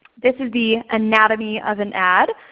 this is the anatomy of an ad.